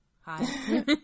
Hi